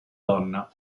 donna